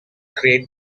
create